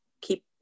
keep